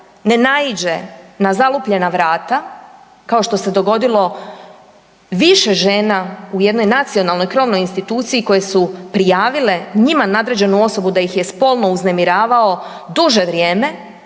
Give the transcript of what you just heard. ne naiđe na zalupljena vrata kao što se dogodilo više žena u jednoj nacionalnoj krovnoj instituciji koje su prijavile njima nadređenu osobu da ih spolno uznemiravao duže vrijeme,